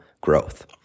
growth